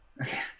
Okay